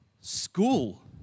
school